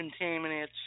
contaminants